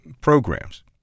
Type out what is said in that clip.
programs